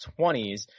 20s